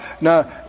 Now